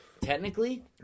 technically